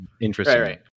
Interesting